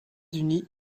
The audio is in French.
unis